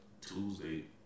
Tuesday